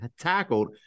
tackled